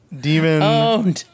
Demon